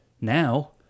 Now